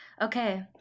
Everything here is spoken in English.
Okay